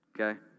Okay